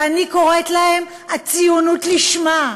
ואני קוראת להם ציונות לשמה,